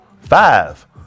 five